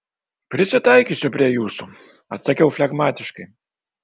prisitaikysiu prie jūsų atsakiau flegmatiškai